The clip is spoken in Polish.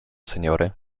seniory